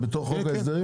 זה בחוק ההסדרים?